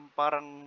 parang